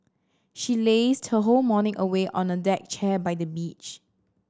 she lazed her whole morning away on a deck chair by the beach